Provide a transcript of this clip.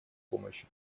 помощи